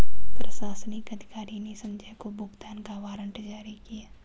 प्रशासनिक अधिकारी ने संजय को भुगतान का वारंट जारी किया